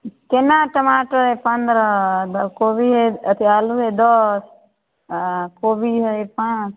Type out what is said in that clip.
कोना टमाटर पनरह कोबी हइ अथी आलू हइ दस कोबी हइ पाँच